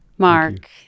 Mark